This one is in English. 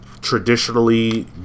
traditionally